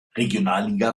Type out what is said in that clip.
regionalliga